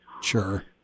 Sure